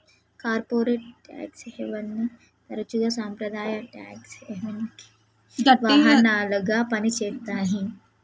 corporate tax హెవెన్ని తరచుగా సాంప్రదాయ ట్యేక్స్ హెవెన్కి వాహనాలుగా పనిచేత్తాయి